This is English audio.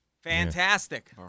Fantastic